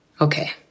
okay